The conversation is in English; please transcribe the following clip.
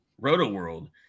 Roto-World